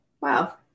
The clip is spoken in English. Wow